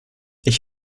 ich